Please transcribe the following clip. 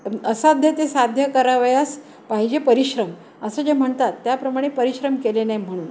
असाध्य ते साध्य करावयास पाहिजे परिश्रम असं जे म्हणतात त्याप्रमाणे परिश्रम केले नाही म्हणून